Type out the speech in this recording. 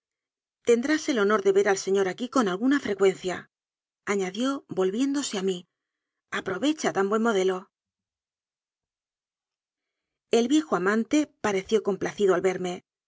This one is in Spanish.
tendrás el honor de ver al señor aquí con alguna frecuenciaañadió volvién dose a mí aprovecha tan buen modelo el viejo amante pareció complacido al verme